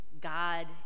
God